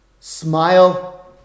smile